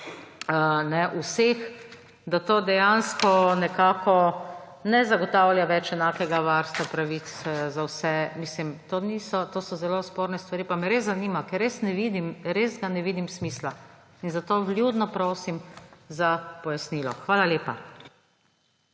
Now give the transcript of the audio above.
vseh, da to dejansko ne zagotavlja več enakega varstva pravic za vse. To so zelo sporne stvari pa me res zanima, ker res ne vidim smisla, res ga ne vidim. Zato vljudno prosim za pojasnilo. Hvala lepa.